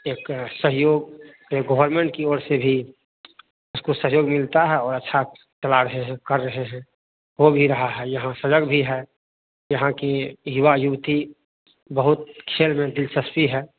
एक सहयोग ये गोवर्नमेंट की ओर से भी उसको सहयोग मिलता है और अच्छा है कर रहे हैं हो भी रहा है यहाँ सलग भी है यहाँ की युवा युवती बहुत खेल में दिलचस्पी है